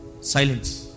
Silence